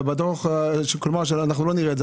ובדוח של השנה אנחנו לא נראה את זה.